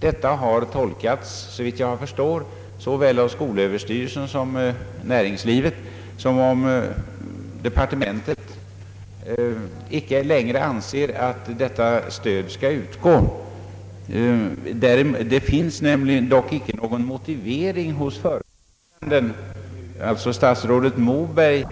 Detta har både av skolöverstyrelsen och av näringslivet tolkats som om departementet icke längre anser att detta stöd skall utgå. I statsverkspropositionen finns dock inte någon motivering av föredraganden, statsrådet Moberg,